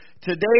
today